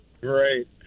Great